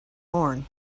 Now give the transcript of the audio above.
horn